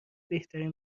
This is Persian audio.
بهترین